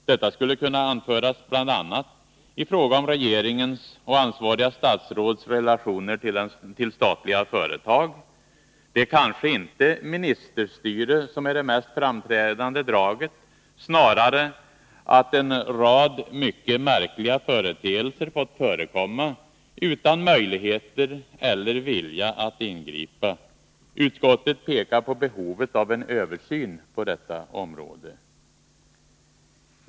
Detta skulle kunna anföras bl.a. i fråga om regeringens och ansvariga statsråds relationer till statliga företag. Det är kanske inte ministerstyre som är det mest framträdande draget, snarare är det att en rad mycket märkliga företeelser fått förekomma utan att det funnits möjligheter eller vilja att ingripa. Utskottet pekar på behovet av en översyn på detta område.